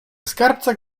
skarbca